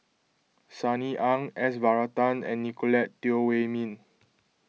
Sunny Ang S Varathan and Nicolette Teo Wei Min